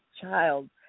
child